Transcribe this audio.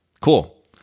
Cool